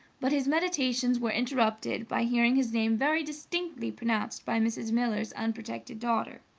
but his meditations were interrupted by hearing his name very distinctly pronounced by mrs. miller's unprotected daughter.